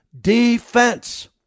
Defense